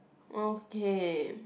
okay